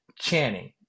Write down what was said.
Channing